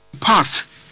path